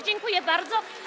Dziękuję bardzo.